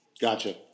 Gotcha